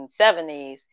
1970s